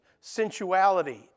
sensuality